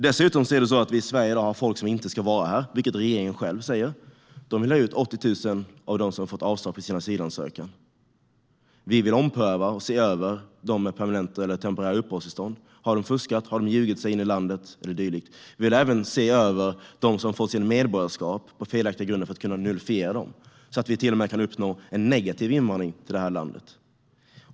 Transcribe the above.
Dessutom har vi i Sverige i dag människor som inte ska vara här, vilket regeringen själv säger. De vill ha ut 80 000 av dem som har fått avslag på sin asylansökan. Vi vill ompröva och se över dem med permanenta eller temporära uppehållstillstånd. Har de fuskat? Har de ljugit sig in i landet eller dylikt? Vi vill även se över dem som har fått sitt medborgarskap på felaktiga grunder för att kunna nullifiera dem, så att vi till och med kan uppnå en negativ invandring till det här landet.